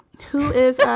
who is